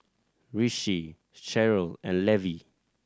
Rishi Cheryll and Levi